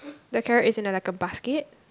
the carrot is in like a basket